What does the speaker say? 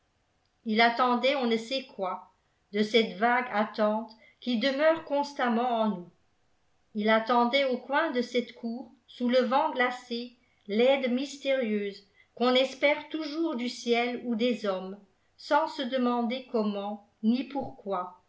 il attendait on ne sait quoi de cette vague attente qui demeure constamment en nous ii attendait au coin de cette cour sous le vent glacé l'aide mystérieuse qu'on espère toujours du ciel ou des hommes sans se demander comment ni pourquoi